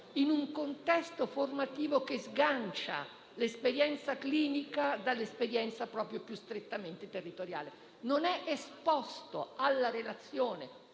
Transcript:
in un contesto formativo che sgancia l'esperienza clinica dall'esperienza più strettamente territoriale? Egli non è esposto alla relazione